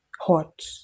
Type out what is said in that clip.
hot